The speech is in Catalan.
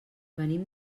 venim